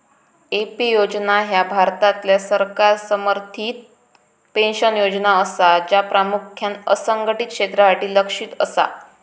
AP योजना ह्या भारतातल्या सरकार समर्थित पेन्शन योजना असा, ज्या प्रामुख्यान असंघटित क्षेत्रासाठी लक्ष्यित असा